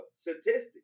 statistics